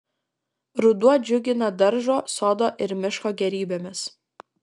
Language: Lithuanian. ruduo džiugina daržo sodo ir miško gėrybėmis